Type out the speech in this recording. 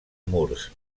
murs